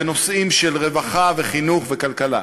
בנושאים של רווחה וחינוך וכלכלה,